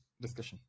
discussion